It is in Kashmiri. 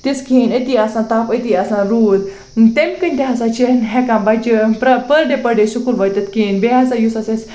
تِژھ کِہیٖنۍ أتی آسان تَپھ أتی آسان روٗد تٔمۍ کِنۍ تہِ ہسا چھِ ہٮ۪کان بَچہٕ پرٛ پٔر ڈے پٔر ڈے سُکوٗل وٲتِتھ کِہیٖنۍ بیٚیہِ ہسا یُس ہسا اَسہِ